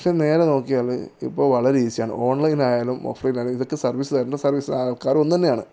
പക്ഷേ നേരെ നോക്കിയാൽ ഇപ്പോൾ വളരെ ഈസിയാണ് ഓൺലൈനായാലും ഓഫ്ലൈനായാലും ഇതൊക്കെ സർവീസ് തരേണ്ട സർവീസ് ആൾക്കാർ ഒന്നു തന്നെയാണ്